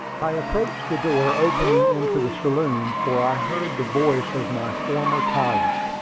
i approached the door opening into the saloon, for i heard the voice of my former tyrant.